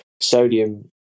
sodium